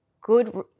good